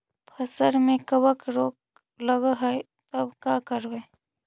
फसल में कबक रोग लगल है तब का करबै